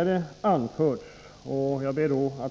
Ett förhållande